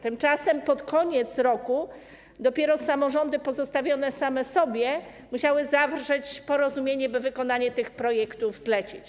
Tymczasem pod koniec roku dopiero samorządy pozostawione same sobie musiały zawrzeć porozumienie, by wykonanie tych projektów zlecić.